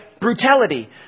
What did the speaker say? brutality